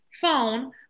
phone